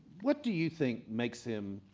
what do you think makes him,